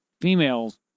females